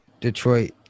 Detroit